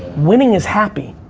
winning is happy.